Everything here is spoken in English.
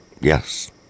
Yes